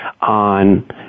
on